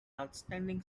outstanding